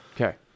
Okay